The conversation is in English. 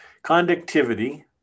Conductivity